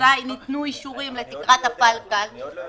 שבוורסאי ניתנו אישורים לתקרת הפל-קל -- אני עוד לא יודע.